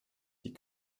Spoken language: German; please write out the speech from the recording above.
die